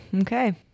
Okay